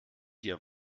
dir